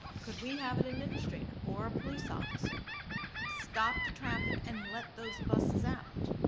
could we have an administrator or a police officer stop the traffic and let those buses out?